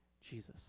Jesus